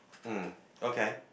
mm okay